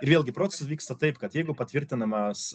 ir vėlgi procesas vyksta taip kad jeigu patvirtinamas